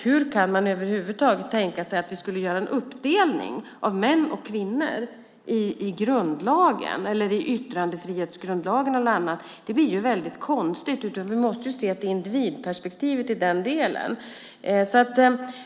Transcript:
Hur kan man över huvud taget tänka sig att göra en uppdelning i män och kvinnor i grundlagen, i yttrandefrihetsgrundlagen eller någon annan? Det blir väldigt konstigt. Vi måste ha ett individperspektiv i den delen.